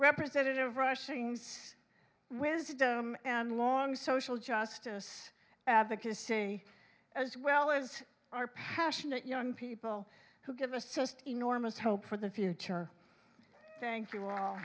representative rushing wisdom and long social justice advocacy as well as our passionate young people who give us just enormous hope for the future thank you well